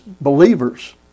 believers